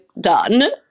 done